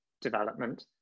development